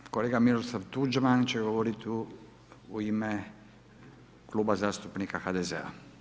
Sada kolega Miroslav Tuđman će govoriti u ime Kluba zastupnika HDZ-a.